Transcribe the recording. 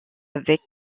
avec